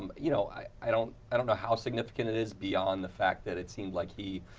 um you know i don't i don't know how significant it is beyond the fact that it seemed like he